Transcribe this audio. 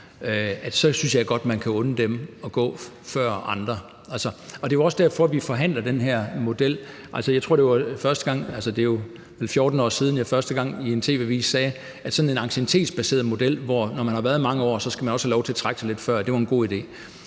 hvis man har arbejdet i fysisk nedslidende brancher. Det er også derfor, at vi forhandler den her model. Jeg tror, det er 14 år siden, jeg første gang i en tv-avis sagde, at sådan en anciennitetsbaseret model, hvor man, når man har været i job i mange år, også skal have lov til at trække sig lidt før, var en god idé.